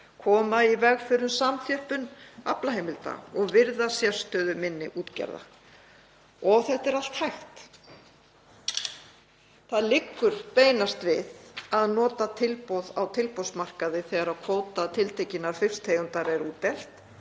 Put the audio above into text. koma í veg fyrir samþjöppun aflaheimilda og virða sérstöðu minni útgerða. Þetta er allt hægt. Það liggur beinast við að nota tilboð á tilboðsmarkaði þegar kvóta tiltekinnar fisktegundar er útdeilt